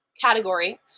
category